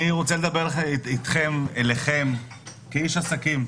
אני רוצה לדבר אתכם ואליכם כאיש עסקים,